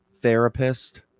Therapist